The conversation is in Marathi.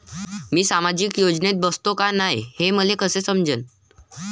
मी सामाजिक योजनेत बसतो का नाय, हे मले कस समजन?